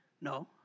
No